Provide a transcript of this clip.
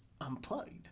Unplugged